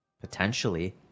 Potentially